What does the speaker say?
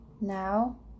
Now